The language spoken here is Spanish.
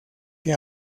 que